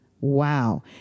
Wow